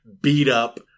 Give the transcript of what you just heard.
beat-up